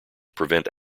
prevent